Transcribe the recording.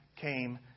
came